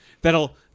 That'll